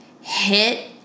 hit